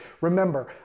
Remember